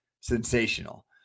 sensational